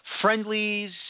friendlies